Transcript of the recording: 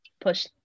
push